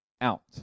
out